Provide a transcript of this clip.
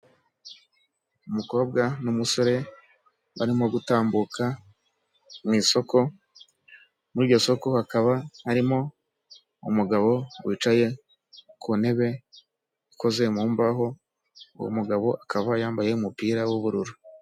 Umukobwa n'umusore barimo gutambuka mu isoko; muri iryo soko hakaba harimo umugabo wicaye ku ntebe ikoze mu mbaho; uwo mugabo akaba yambaye umupira w'ubururu.